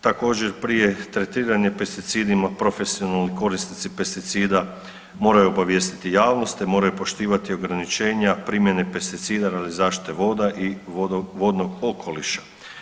Također prije tretiranja pesticidima profesionalni korisnici pesticida moraju obavijestiti javnost te moraju poštivati ograničenja primjene pesticida radi zaštite voda i vodnog okoliša.